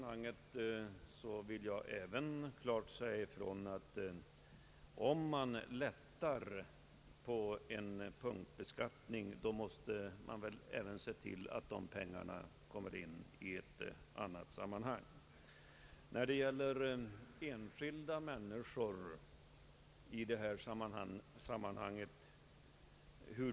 Jag vill även klart säga ifrån att om man lättar på en punktbeskattning måste man se till att pengarna kommer in på annat sätt. Här har talats om hur de enskilda människorna drabbas i detta sammanhang.